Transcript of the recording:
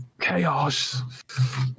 Chaos